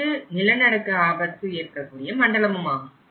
இது நிலநடுக்க ஆபத்து ஏற்படக்கூடிய மண்டலமுமாகும்